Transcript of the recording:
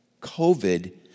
COVID